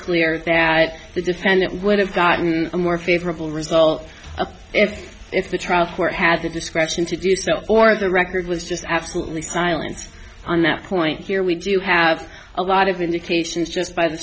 clear that the defendant would have gotten a more favorable result if if the trial court has the discretion to do so or the record was just absolutely silent on that point here we do have a lot of indications just by the